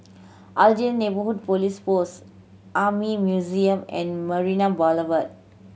Aljunied Neighbourhood Police Post Army Museum and Marina Boulevard